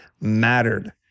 mattered